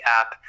app